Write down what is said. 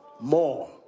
More